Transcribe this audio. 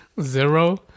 Zero